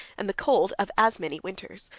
and the cold of as many winters.